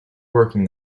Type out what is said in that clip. working